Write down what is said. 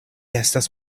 estas